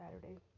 Saturday